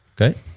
Okay